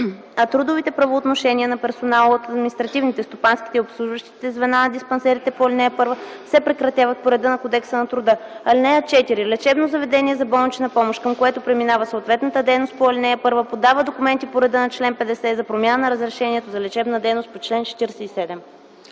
а трудовите правоотношения на персонала от административните, стопанските и обслужващите звена на диспансерите по ал. 1 се прекратяват по реда на Кодекса на труда. (4) Лечебно заведение за болнична помощ, към което преминава съответната дейност по ал. 1, подава документи по реда на чл. 50 за промяна на разрешението за лечебна дейност по чл. 47.”